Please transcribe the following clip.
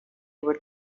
were